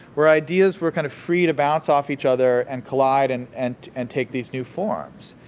where ideas were kind of free to bounce off each other and collide and and and take these new forms.